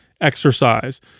exercise